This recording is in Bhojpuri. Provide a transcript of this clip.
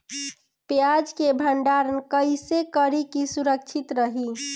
प्याज के भंडारण कइसे करी की सुरक्षित रही?